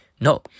No